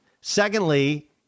secondly